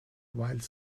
while